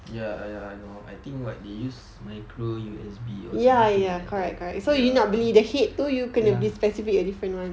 ya ya you know I think what they use micro U_S_B or something right ya ya